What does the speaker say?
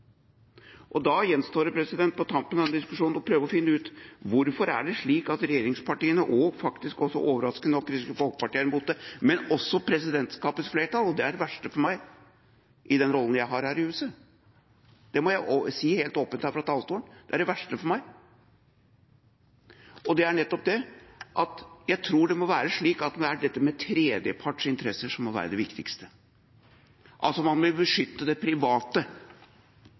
annet. Da gjenstår det på tampen av diskusjonen å prøve å finne ut hvorfor det er slik at regjeringspartiene, og faktisk også overraskende nok Kristelig Folkeparti, er imot det, men også presidentskapets flertall, og det er det verste for meg i den rollen jeg har her i huset. Det må jeg si helt åpent her fra talerstolen at det er det verste for meg. Jeg tror det må være slik at det er dette med tredjeparts interesser som må være det viktigste, man vil altså beskytte det private,